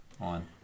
on